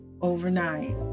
overnight